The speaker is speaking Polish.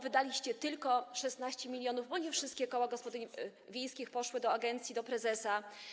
Wydaliście tylko 16 mln, bo nie wszystkie koła gospodyń wiejskich poszły do agencji, do prezesa.